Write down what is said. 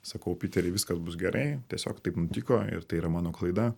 sakau piteri viskas bus gerai tiesiog taip nutiko ir tai yra mano klaida